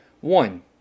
One